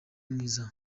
mwiza